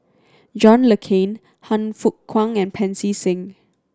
John Le Cain Han Fook Kwang and Pancy Seng